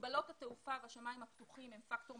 מגבלות התעופה והשמיים הפתוחים הם פקטור מרכזי,